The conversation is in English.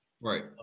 Right